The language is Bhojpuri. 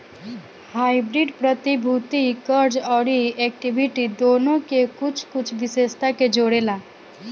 हाइब्रिड प्रतिभूति, कर्ज अउरी इक्विटी दुनो के कुछ कुछ विशेषता के जोड़ेला